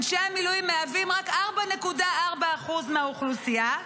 אנשי המילואים מהווים רק 4.4% מהאוכלוסייה,